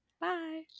Bye